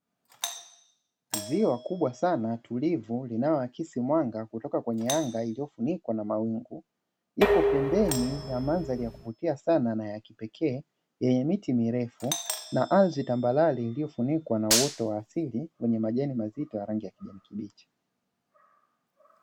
Ziwa kubwa sana tulivu linaloakisi mwanga kutoka kwenye anga iliyofunikwa na mawingu, ipo pembeni ya mandhari ya kuvutia sana na ya kipekee yenye miti mirefu na ardhi tambarare iliyofunikwa na uoto wa asili wenye majani mazito ya rangi ya kijani kibichi.